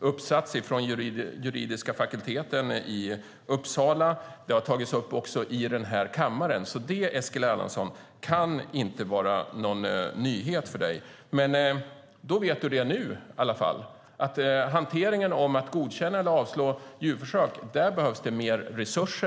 uppsats från den juridiska fakulteten i Uppsala och det har också tagits upp här i kammaren. Detta kan alltså inte vara någon nyhet för dig, Eskil Erlandsson, men då vet du det i alla fall nu. Hanteringen där djurförsök godkänns eller avslås behöver mer resurser.